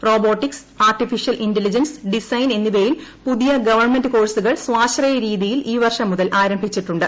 robotics artificial intelligence design എന്നിവയിൽ പുതിയ government കോഴ്സുകൾ സ്വാശ്രയ രീതിയിൽ ഈ വർഷം മുതൽ ആരംഭിച്ചിട്ടുണ്ട്